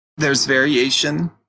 there's variation,